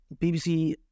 BBC